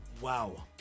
Wow